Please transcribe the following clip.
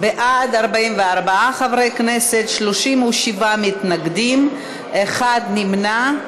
בעד, 44 חברי כנסת, 37 מתנגדים, אחד נמנע.